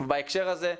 בהקשר הזה,